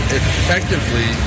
effectively